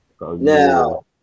Now